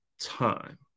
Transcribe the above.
time